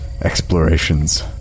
explorations